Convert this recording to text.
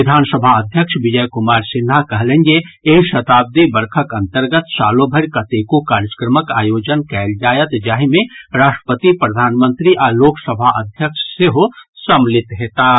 विधानसभा अध्यक्ष विजय कुमार सिन्हा कहलनि जे एहि शताब्दी वर्षक अंतर्गत सालो भरि कतेको कार्यक्रमक आयोजन कयल जायत जाहि मे राष्ट्रपति प्रधानमंत्री आ लोक सभा अध्यक्ष सेहो सम्मिलित हेताह